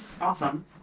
awesome